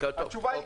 התשובה היא,